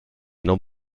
non